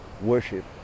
worship